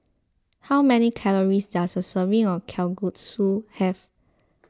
how many calories does a serving of Kalguksu have